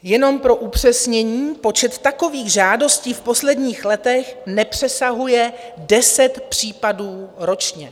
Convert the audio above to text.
Jenom pro upřesnění počet takových žádostí v posledních letech nepřesahuje deset případů ročně.